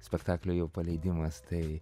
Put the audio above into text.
spektaklio jau paleidimas tai